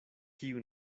kiu